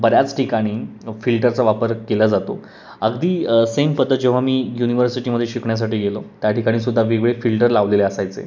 बऱ्याच ठिकाणी फिल्टरचा वापर केला जातो अगदी सेम पद्धत जेव्हा मी युनिव्हर्सिटीमध्ये शिकण्यासाठी गेलो त्या ठिकाणीसुद्धा वेगवेगळे फिल्टर लावलेले असायचे